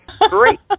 Great